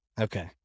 okay